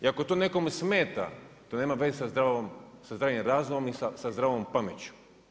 I ako to nekome smeta to nema veze sa zdravim razumom i sa zdravom pameću.